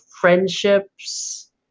friendships